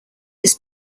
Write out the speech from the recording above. his